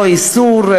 לא איסור,